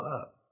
up